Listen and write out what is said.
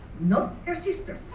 not her sister.